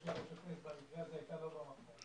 יושב-ראש הכנסת במקרה הזה הייתה לא במקום.